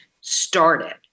started